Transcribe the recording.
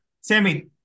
Sammy